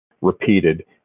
repeated